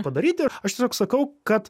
padaryti aš tiesiog sakau kad